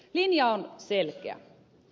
linja on selkeä